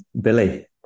billy